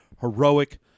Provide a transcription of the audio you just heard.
heroic